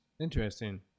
Interesting